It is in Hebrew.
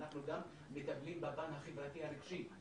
אנחנו גם מטפלים בפן החברתי הרגשי,